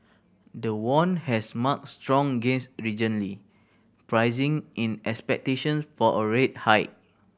the won has marked strong gains pricing in expectations for a rate hike